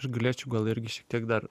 aš galėčiau gal irgi šiek tiek dar